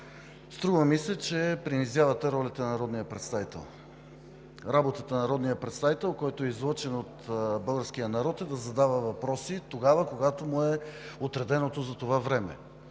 струва ми се, че принизявате ролята на народния представител. Работата на народния представител, който е излъчен от българския народ, е да задава въпроси тогава, когато му е отреденото за това време.